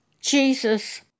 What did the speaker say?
Jesus